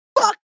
fuck